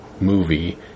movie